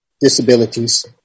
disabilities